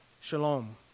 shalom